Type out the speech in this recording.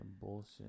bullshit